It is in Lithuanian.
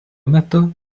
metu